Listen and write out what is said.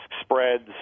spreads